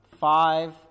Five